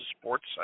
sports